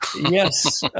Yes